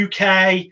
UK